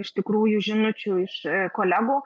iš tikrųjų žinučių iš kolegų